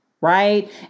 right